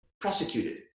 prosecuted